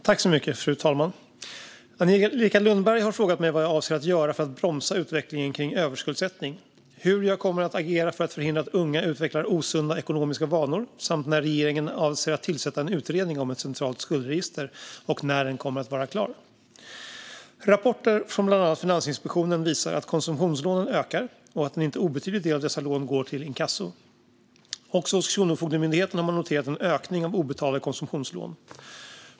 Fru talman! Angelica Lundberg har frågat mig vad jag avser att göra för att bromsa utvecklingen kring överskuldsättning, hur jag kommer att agera för att förhindra att unga utvecklar osunda ekonomiska vanor samt när regeringen avser att tillsätta en utredning om ett centralt skuldregister och när den kommer att vara klar. Rapporter från bland annat Finansinspektionen visar att konsumtionslånen ökar och att en inte obetydlig del av dessa lån går till inkasso. Också hos Kronofogdemyndigheten har man noterat en ökning av obetalda konsumtionslån.